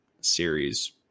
series